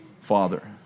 father